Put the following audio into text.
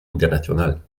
internacional